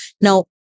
Now